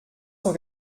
cent